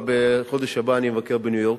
בחודש הבא אני מבקר בניו-יורק.